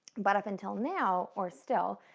but up until now, or still,